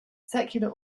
secular